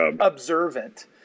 observant